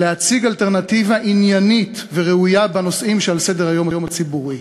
להציג אלטרנטיבה עניינית וראויה בנושאים שעל סדר-היום הציבורי.